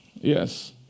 Yes